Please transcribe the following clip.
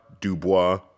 Dubois